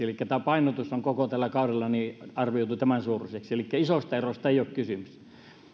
elikkä painotus on koko tälle kaudelle arvioitu tämänsuuruiseksi elikkä isosta erosta ei ei ole kysymys